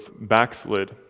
backslid